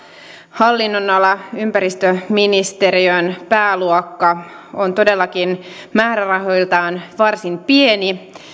hallin nonala ympäristöministeriön pääluokka on todellakin määrärahoiltaan varsin pieni